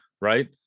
right